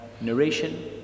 narration